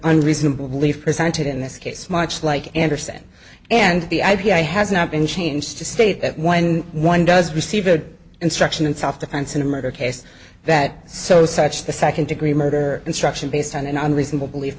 unreasonable belief presented in this case much like anderson and the i p i has not been changed to state that when one does receive a instruction in self defense in a murder case that so such the second degree murder instruction based on an on reasonable belie